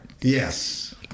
Yes